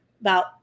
about-